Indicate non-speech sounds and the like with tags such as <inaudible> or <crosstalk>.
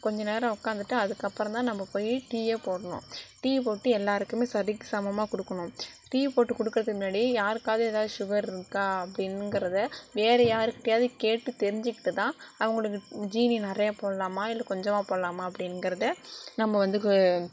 கொஞ்ச நேரம் உக்காந்துட்டு அதுக்கு அப்றந்தான் நம்ம போய் டீயே போடணும் டீ போட்டு எல்லோருக்குமே சரிக்கு சமமாக கொடுக்குணும் டீ போட்டு கொடுக்கறதுக்கு முன்னாடியே யாருக்காது ஏதாவது சுகர் இருக்கா அப்படின்னுங்கறத வேறே யாருக்கிட்டேயாது கேட்டு தெரிஞ்சிக்கிட்டு தான் அவுங்களுக்கு ஜீனி நிறையா போடலாம்மா இல்லை கொஞ்சமாக போடலாம்மா அப்படின்னுங்குறத நம்ம வந்து <unintelligible>